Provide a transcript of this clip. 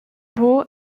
buca